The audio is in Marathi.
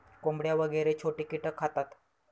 कोंबड्या वगैरे छोटे कीटक खातात